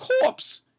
corpse